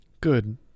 Good